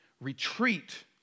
retreat